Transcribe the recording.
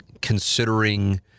considering